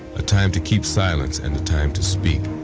a time to keep silence and a time to speak.